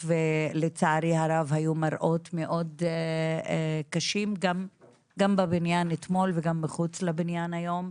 ולצערי הרב היו מראות מאוד קשים גם בבניין אתמול וגם מחוץ לבניין היום.